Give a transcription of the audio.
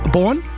Born